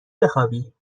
بخوابی